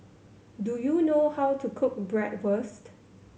do you know how to cook Bratwurst